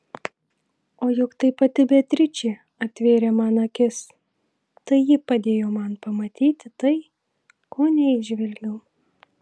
o juk tai pati beatričė atvėrė man akis tai ji padėjo man pamatyti tai ko neįžvelgiau